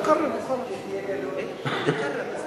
כששואלים מה אתה רוצה להיות כשתהיה גדול הוא אומר: קטן.